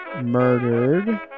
murdered